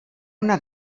una